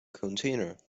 container